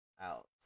out